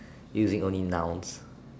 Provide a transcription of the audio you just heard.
using only nouns